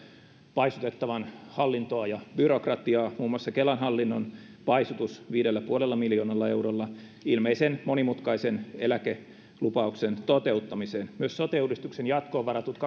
paisutettavan hallintoa ja byrokratiaa muun muassa kelan hallinnon paisutus viidellä pilkku viidellä miljoonalla eurolla ilmeisen monimutkaisen eläkelupauksen toteuttamiseen myös sote uudistuksen jatkoon varattujen